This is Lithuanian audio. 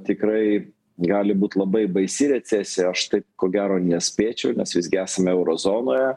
tikrai gali būt labai baisi recesija aš taip ko gero nespėčiau nes visgi esame euro zonoje